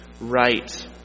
right